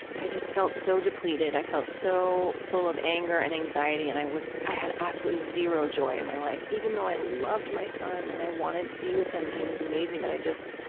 i just felt so depleted. i felt so full of anger and anxiety, and was, i had absolutely zero joy in my life, even though i loved my son and i wanted to be with him and he was amazing, but i just,